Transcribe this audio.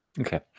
Okay